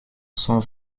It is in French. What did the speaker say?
cent